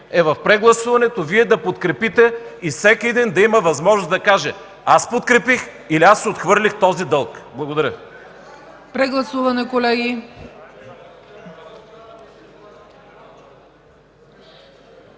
в прегласуването това и всеки един да има възможност да каже – аз подкрепих или аз отхвърлих този дълг. Благодаря